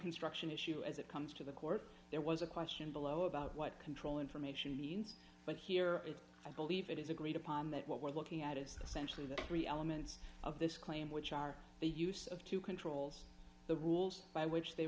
construction issue as it comes to the court there was a question below about what control information means but here i believe it is agreed upon that what we're looking at is essentially the three elements of this claim which are the use of two controls the rules by which they